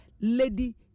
lady